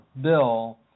bill